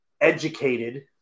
educated